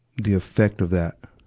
the effect of that.